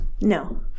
No